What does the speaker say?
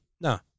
no